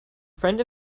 friend